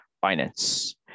finance